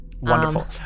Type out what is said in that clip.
Wonderful